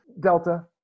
Delta